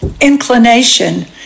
inclination